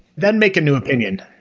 then make a new opinion.